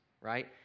right